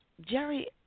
jerry